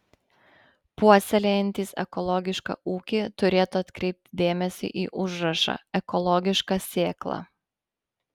puoselėjantys ekologišką ūkį turėtų atkreipti dėmesį į užrašą ekologiška sėkla